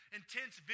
intense